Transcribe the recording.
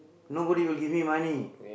nobody will give me money